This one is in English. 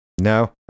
No